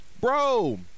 Bro